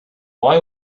boy